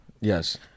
yes